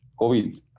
covid